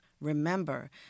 remember